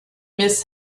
miss